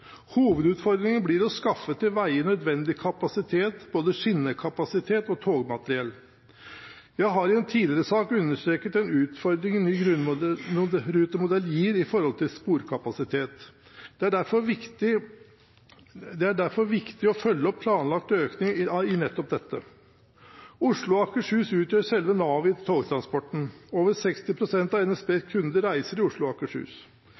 Hovedutfordringen blir å skaffe til veie nødvendig kapasitet, både skinnekapasitet og togmateriell. Jeg har i en tidligere sak understreket en utfordring ny grunnrutemodell gir når det gjelder sporkapasitet. Det er derfor viktig å følge opp planlagt økning i nettopp dette. Oslo og Akershus utgjør selve navet i togtransporten, og over 60 pst. av NSBs kunder reiser i Oslo og Akershus.